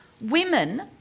women